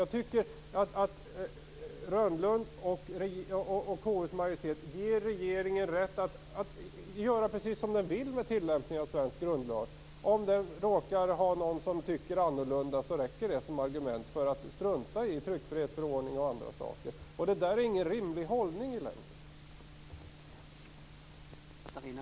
Jag tycker att Rönnung och KU:s majoritet ger regeringen rätt att göra precis som den vill med tilllämpningen av svensk grundlag. Om någon råkar tycka annorlunda räcker det som argument för att strunta i tryckfrihetsförordning och annat. Detta är ingen rimlig hållning i längden.